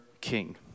king